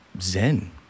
Zen